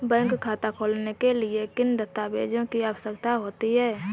Bank खाता खोलने के लिए किन दस्तावेज़ों की आवश्यकता होती है?